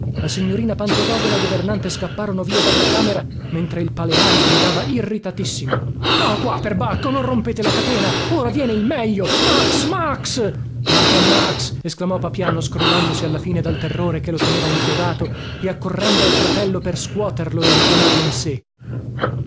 la signorina pantogada e la governante scapparono via dalla camera mentre il paleari gridava irritatissimo no qua perbacco non rompete la catena ora viene il meglio max max ma che max esclamò papiano scrollandosi alla fine dal terrore che lo teneva inchiodato e accorrendo al fratello per scuoterlo e richiamarlo in sé